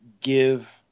give